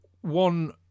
one